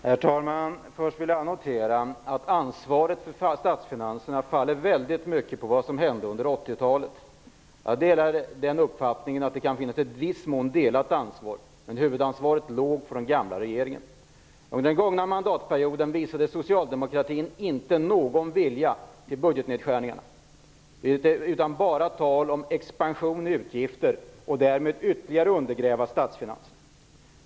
Herr talman! Först vill jag notera att ansvaret för statsfinanserna i mycket stor utsträckning baserar sig på vad som hände under 80-talet. Jag delar den uppfattningen att det kan finnas ett i viss mån delat ansvar, men huvudansvaret låg på den gamla regeringen. Under den gångna mandatperioden visade socialdemokratin inte någon vilja till budgetnedskärningar utan talade bara om utgiftsexpansion, som ytterligare skulle undergräva statsfinanserna.